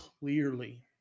clearly